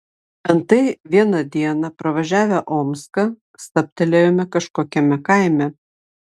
antai vieną dieną pravažiavę omską stabtelėjome kažkokiame kaime